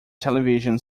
television